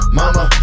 mama